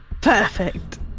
perfect